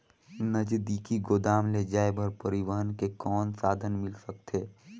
नजदीकी गोदाम ले जाय बर परिवहन के कौन साधन मिल सकथे?